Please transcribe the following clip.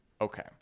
Okay